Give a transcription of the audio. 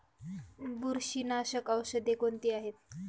बुरशीनाशक औषधे कोणती आहेत?